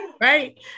right